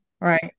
Right